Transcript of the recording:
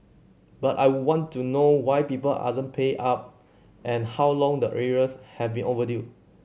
but I would want to know why people aren't paying up and how long the arrears have been overdue